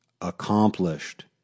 accomplished